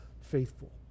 faithful